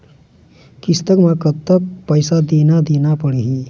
किस्त म कतका पैसा देना देना पड़ही?